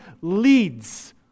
leads